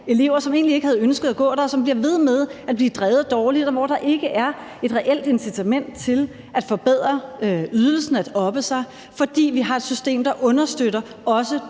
elever, som egentlig ikke havde ønsket at gå der, og som bliver ved med at blive drevet dårligt, og hvor der ikke er et reelt incitament til at forbedre ydelsen og at oppe sig, fordi vi har et system, der også understøtter